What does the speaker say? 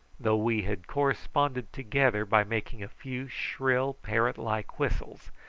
though we had corresponded together by making a few shrill parrot-like whistles.